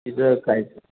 इथं काय